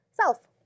self